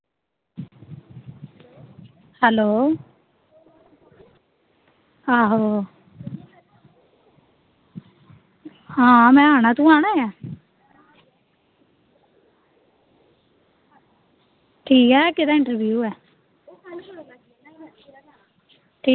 hello आहो हां में आना तूं आना ऐ हां ठीक ऐ है केह्दा इंट्रब्यू ऐ ठीक